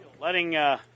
letting